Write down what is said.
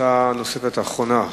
הצעה אחרונה,